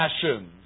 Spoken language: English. passions